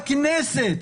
הכנסת,